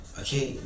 okay